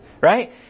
right